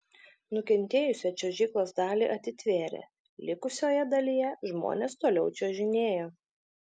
nukentėjusią čiuožyklos dalį atitvėrė likusioje dalyje žmonės toliau čiuožinėjo